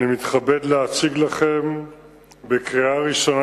אני מתכבד להציג לכם לקריאה ראשונה